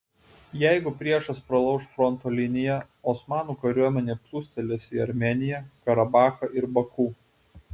jeigu priešas pralauš fronto liniją osmanų kariuomenė plūstelės į armėniją karabachą ir baku